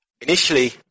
initially